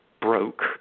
broke